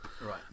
Right